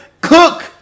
cook